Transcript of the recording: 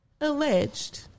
alleged